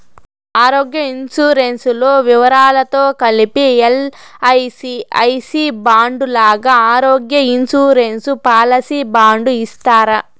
ఆరోగ్య ఇన్సూరెన్సు లో వివరాలతో కలిపి ఎల్.ఐ.సి ఐ సి బాండు లాగా ఆరోగ్య ఇన్సూరెన్సు పాలసీ బాండు ఇస్తారా?